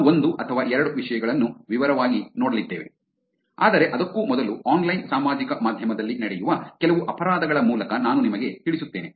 ನಾವು ಒಂದು ಅಥವಾ ಎರಡು ವಿಷಯಗಳನ್ನು ವಿವರವಾಗಿ ನೋಡಲಿದ್ದೇವೆ ಆದರೆ ಅದಕ್ಕೂ ಮೊದಲು ಆನ್ಲೈನ್ ಸಾಮಾಜಿಕ ಮಾಧ್ಯಮದಲ್ಲಿ ನಡೆಯುವ ಕೆಲವು ಅಪರಾಧಗಳ ಮೂಲಕ ನಾನು ನಿಮಗೆ ತಿಳಿಸುತ್ತೇನೆ